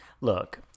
Look